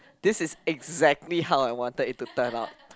this is exactly how I wanted it to turn out